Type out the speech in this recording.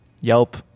Yelp